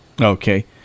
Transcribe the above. okay